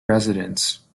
residents